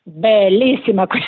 Bellissima